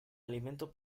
alimento